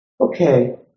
okay